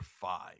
five